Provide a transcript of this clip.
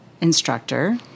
instructor